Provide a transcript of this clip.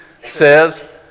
says